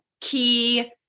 key